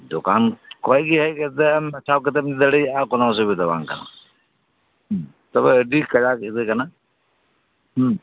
ᱫᱚᱠᱟᱱ ᱠᱷᱚᱡ ᱜᱮ ᱦᱮᱡᱽ ᱠᱟᱛᱮᱢ ᱵᱟᱪᱷᱟᱣ ᱠᱟᱛᱮᱢ ᱤᱫᱤ ᱫᱟᱲᱮᱭᱟᱜᱼᱟ ᱠᱚᱱᱳ ᱚᱥᱩᱵᱤᱫᱟ ᱵᱟᱝ ᱠᱟᱱᱟ ᱛᱚᱵᱮ ᱟᱹᱰᱤ ᱠᱟᱡᱟᱠ ᱤᱛᱟᱹ ᱠᱟᱱᱟ